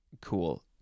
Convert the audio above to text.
cool